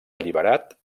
alliberat